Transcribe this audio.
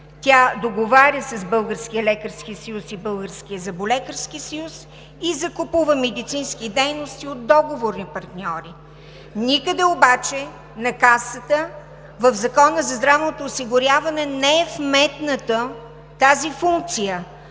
зъболекарски съюз и закупува медицински дейности от договорни партньори. Никъде обаче в Закона за здравното осигуряване не е вметната тази функция